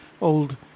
old